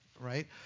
right